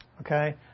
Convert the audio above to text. okay